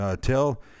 Tell